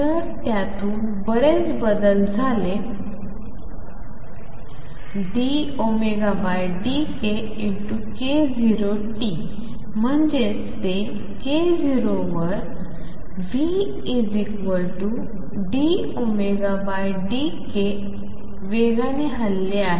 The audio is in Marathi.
जर त्यातून बरेच बदल झाले dωdkk0 t म्हणजेच ते k० वर v dωdk वेगाने हलले आहे